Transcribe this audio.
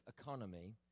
economy